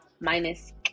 minus